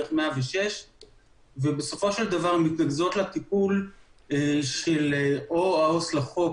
דרך 106 ובסופו של דבר מתנקזות לטיפול שתחת החוק